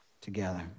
together